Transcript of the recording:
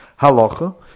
halacha